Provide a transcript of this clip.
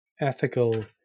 ethical